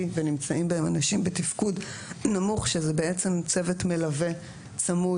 ונמצאים בהם אנשים בתפקוד נמוך שהם בעצם צוות מלווה צמוד